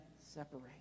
separate